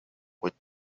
with